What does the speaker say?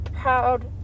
proud